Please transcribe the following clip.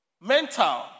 Mental